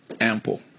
Ample